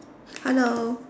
hello